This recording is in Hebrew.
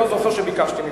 אני לא זוכר שביקשתי ממך,